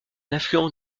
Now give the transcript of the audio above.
affluent